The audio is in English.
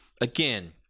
again